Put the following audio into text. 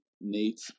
Nate